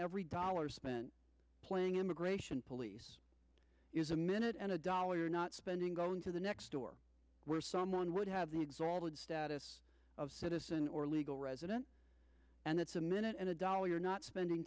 every dollar spent playing immigration police is a minute and a dollar spending going to the next door where someone would have the exalted status of citizen or legal resident and it's a minute and a dollar you're not spending